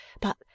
But